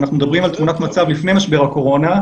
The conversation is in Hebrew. ואנחנו מדברים על תמונת מצב לפני משבר הקורונה,